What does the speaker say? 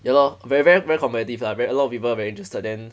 ya lor very very very competitive lah very a lot of people very interested then